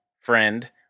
friend